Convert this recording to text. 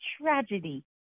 tragedy